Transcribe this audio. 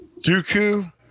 Dooku